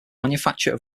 manufacture